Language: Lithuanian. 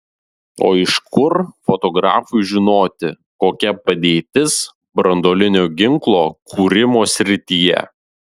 o iš kur fotografui žinoti kokia padėtis branduolinio ginklo kūrimo srityje